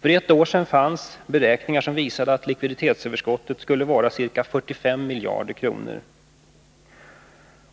För ett år sedan fanns beräkningar som visade att likviditetsöverskottet skulle vara ca 45 miljarder kronor.